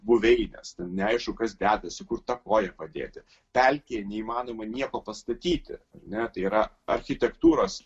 buveinės neaišku kas dedasi kur tą koją padėti pelkėje neįmanoma nieko pastatyti ar ne tai yra architektūros